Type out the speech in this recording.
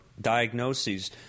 diagnoses